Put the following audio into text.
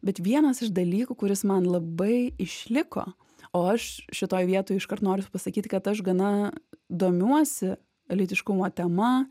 bet vienas iš dalykų kuris man labai išliko o aš šitoj vietoj iškart noriu pasakyti kad aš gana domiuosi lytiškumo tema